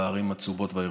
בערים הצהובות והירוקות.